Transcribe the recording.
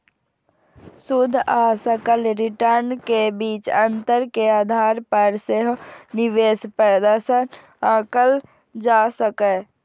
शुद्ध आ सकल रिटर्न के बीच अंतर के आधार पर सेहो निवेश प्रदर्शन आंकल जा सकैए